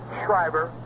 Schreiber